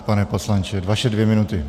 Pane poslanče, vaše dvě minuty.